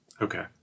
Okay